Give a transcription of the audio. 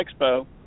Expo